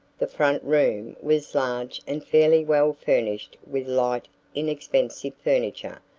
the front room was large and fairly well furnished with light inexpensive furniture,